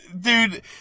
dude